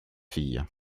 fille